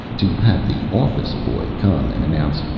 to have the office-boy come and announce,